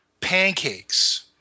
Pancakes